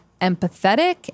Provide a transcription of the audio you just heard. empathetic